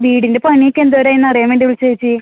വീടിൻ്റെ പണിയൊക്കെ എന്തോരായി എന്നറിയാൻ വേണ്ടി വിളിച്ചതാണ് ചേച്ചി